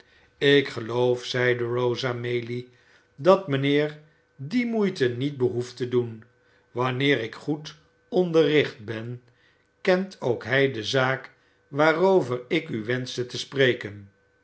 ik geloof zeide rosa maylie dat mijnheer die moeite niet behoeft te doen wanneer ik goed onderricht ben kent ook hij de zaak waarover ik u wenschte te spreken